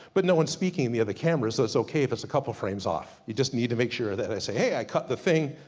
but no-one's speaking in the other camera's, so it's okay if it's a couple frames off. you just need to make sure that i say, hey i cut the thing,